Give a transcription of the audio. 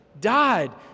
died